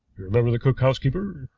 you remember the cook-housekeeper?